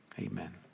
amen